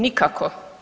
Nikako.